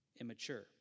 immature